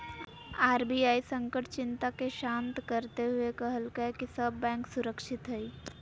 RBI संकट चिंता के शांत करते हुए कहलकय कि सब बैंक सुरक्षित हइ